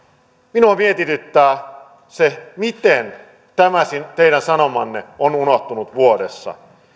minua mietityttää se miten tämä teidän sanomanne on unohtunut vuodessa